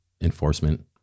enforcement